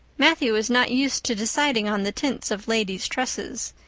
matthew was not used to deciding on the tints of ladies' tresses,